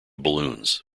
balloons